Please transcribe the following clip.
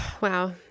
Wow